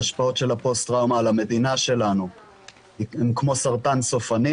ההשפעות של הפוסט-טראומה על המדינה שלנו הן כמו סרטן סופני.